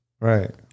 Right